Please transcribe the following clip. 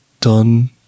done